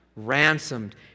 ransomed